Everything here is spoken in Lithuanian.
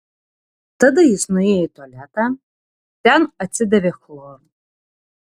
tada jis nuėjo į tualetą ten atsidavė chloru